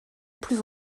plus